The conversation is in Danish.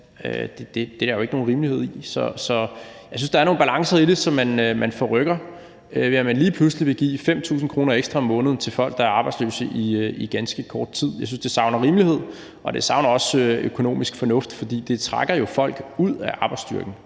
Det er der jo ikke nogen rimelighed i. Så jeg synes, at der er nogle balancer i det, som man forrykker, ved at man lige pludselig vil give 5.000 kr. ekstra om måneden til folk, der er arbejdsløse i ganske kort tid. Jeg synes, det savner rimelighed, og det savner også økonomisk fornuft, for det trækker jo folk ud af arbejdsstyrken.